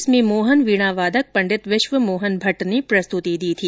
इसमें मोहन वीणा वादक पंडित विश्व मोहन भट्ट ने प्रस्तुति दी थी